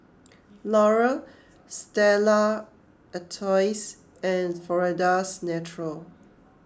Laurier Stella Artois and Florida's Natural